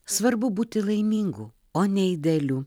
svarbu būti laimingu o ne idealiu